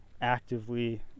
Actively